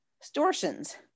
distortions